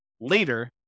later